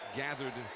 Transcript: gathered